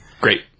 Great